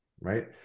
right